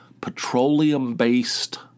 petroleum-based